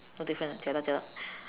no different ah jialat jialat